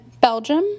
Belgium